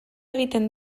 egiten